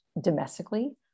domestically